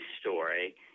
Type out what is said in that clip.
story